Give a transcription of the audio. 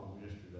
yesterday